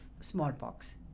smallpox